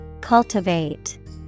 Cultivate